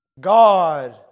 God